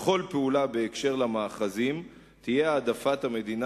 בכל פעולה בקשר למאחזים תהיה העדפת המדינה